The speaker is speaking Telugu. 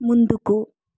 ముందుకు